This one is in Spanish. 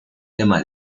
tema